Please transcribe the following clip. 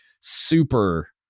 super